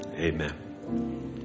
Amen